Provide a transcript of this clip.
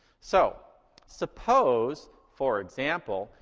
so suppose, for example,